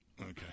Okay